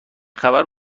خبر